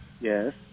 Yes